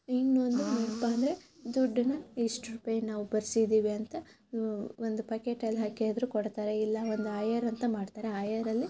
ಇನ್ನೊಂದು ಏನಪ್ಪ ಅಂದರೆ ದುಡ್ಡನ್ನು ಇಷ್ಟು ರೂಪಾಯಿ ನಾವು ಬರ್ಸಿದ್ದೀವಿ ಅಂತ ಒಂದು ಪ್ಯಾಕೆಟಲ್ಲಿ ಹಾಕಿ ಆದರೂ ಕೊಡ್ತಾರೆ ಇಲ್ಲ ಒಂದು ಆಯರು ಅಂತ ಮಾಡ್ತಾರೆ ಆಯರಲ್ಲಿ